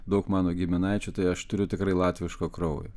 daug mano giminaičių tai aš turiu tikrai latviško kraujo